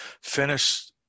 finish